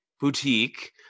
Boutique